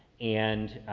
and,